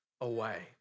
away